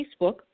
Facebook